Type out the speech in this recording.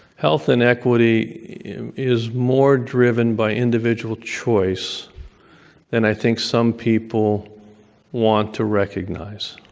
health inequity is more driven by individual choice than i think some people want to recognize.